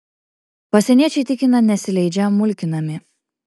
pasieniečiai tikina nesileidžią mulkinami